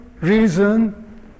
reason